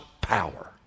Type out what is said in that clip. power